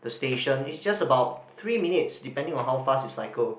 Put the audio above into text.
the station it's just about three minutes depending on how fast you cycle